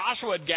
Joshua